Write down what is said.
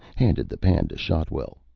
handed the pan to shotwell.